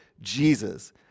Jesus